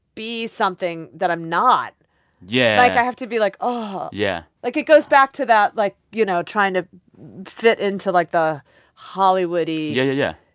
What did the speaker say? be something that i'm not yeah i have to be like, oh yeah like, it goes back to that, like, you know, trying to fit into, like, the hollywood-y. yeah yeah,